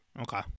Okay